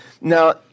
Now